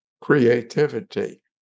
creativity